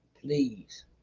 Please